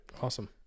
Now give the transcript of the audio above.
Awesome